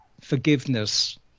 forgiveness